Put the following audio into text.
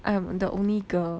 I am the only girl